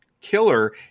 killer